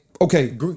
Okay